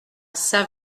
saint